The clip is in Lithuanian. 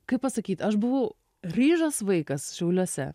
kaip pasakyt aš buvau ryžas vaikas šiauliuose